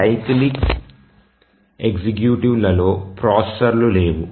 ఈ సైక్లిక్ ఎగ్జిక్యూటివ్లలో ప్రాసెసర్లు లేవు